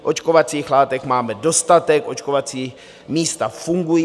Očkovacích látek máme dostatek, očkovací místa fungují.